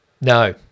No